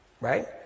Right